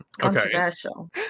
controversial